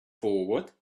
forward